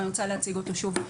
אבל אני רוצה להציג אותו שוב.